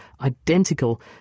identical